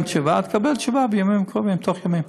לאי-אמון בממשלתך ובך כי לא שמעתי ממך ומרובכם את שהיה ראוי לשמוע ממך,